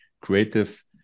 creative